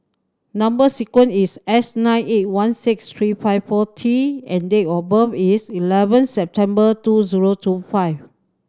number sequence is S nine eight one six three five four T and date of birth is eleven September two zero two five